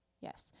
yes